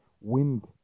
wind